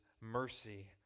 mercy